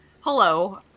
hello